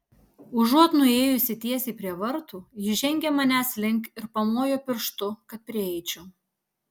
užuot nuėjusi tiesiai prie vartų ji žengė manęs link ir pamojo pirštu kad prieičiau